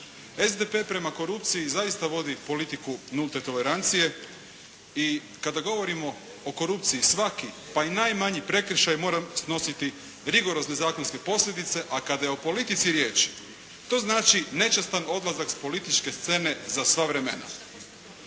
SDP prema korupciji zaista vodi politiku nulte tolerancije i kada govorimo o korupciji, svaki pa i najmanji prekršaj mora snositi rigorozne zakonske posljedice, a kada je o politici riječ to znači nečastan odlazak s političke scene za sva vremena.